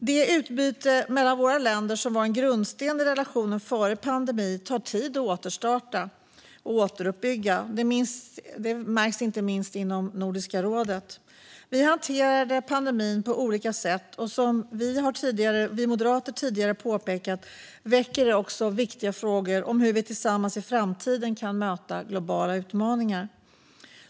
Det utbyte mellan våra länder som var en grundsten i relationerna före pandemin tar tid att återstarta och återuppbygga - det märks inte minst inom Nordiska rådet. Vi hanterade pandemin på olika sätt, och som vi moderater tidigare har påpekat väcker detta också viktiga frågor om hur vi kan möta globala utmaningar tillsammans i framtiden.